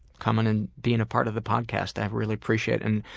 coming and being a part of the podcast, i really appreciate and